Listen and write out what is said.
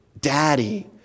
Daddy